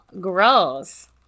gross